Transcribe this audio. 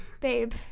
Babe